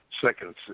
second